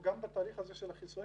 גם בתהליך הזה של החיסונים,